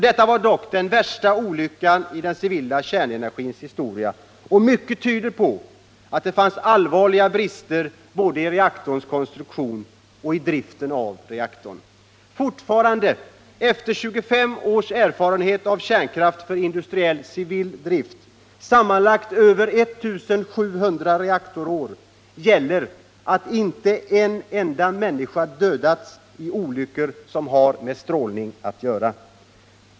Detta var dock den värsta olyckan i den civila kärnenergins historia, och mycket tyder på att det fanns allvarliga brister både i reaktorns konstruktion och i driften av reaktorn. Fortfarande efter 25 års erfarenheter av kärnkraften för industriell civil drift, sammanlagt över 1 700 reaktorår, gäller att inte en enda människa dödats i olyckor som har med strålning att göra.